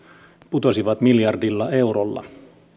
putosivat miljardilla eurolla